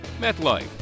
MetLife